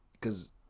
cause